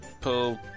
pull